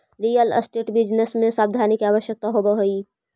real estate business में सावधानी के आवश्यकता होवऽ हई